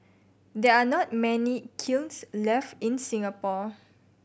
there're not many kilns left in Singapore